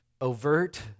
overt